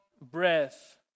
breath